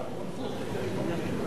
אני מבין שהנושא הוא אהוד ברק,